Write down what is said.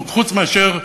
חוץ מאשר,